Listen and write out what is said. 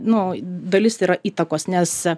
nu dalis yra įtakos nes